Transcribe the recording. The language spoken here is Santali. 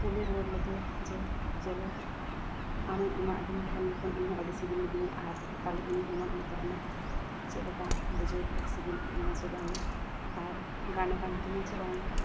ᱠᱩᱞᱤ ᱨᱩᱣᱟᱹᱲ ᱞᱮᱫᱮᱭᱟ ᱡᱮ ᱪᱮᱞᱮ ᱟᱢᱮᱢ ᱮᱢᱟᱫᱤᱧ ᱛᱟᱦᱮᱱ ᱡᱚᱠᱷᱚᱱ ᱤᱧᱦᱚᱸ ᱟᱹᱰᱤ ᱥᱤᱵᱤᱞ ᱞᱤᱫᱤᱧᱟ ᱟᱨ ᱛᱟᱦᱚᱞᱮ ᱤᱧᱤᱧ ᱮᱢᱟᱫᱢᱮ ᱛᱟᱦᱮᱱᱟ ᱪᱮᱫ ᱞᱮᱠᱟᱢ ᱵᱩᱡᱷᱟᱹᱣ ᱠᱮᱫᱟ ᱥᱤᱵᱤᱞ ᱠᱮᱫ ᱢᱮᱭᱟ ᱥᱮ ᱵᱟᱝᱼᱟ ᱟᱨ ᱜᱟᱱᱟᱠᱟᱱ ᱛᱤᱧᱟᱹ ᱪᱮ ᱵᱟᱝᱼᱟ